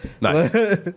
Nice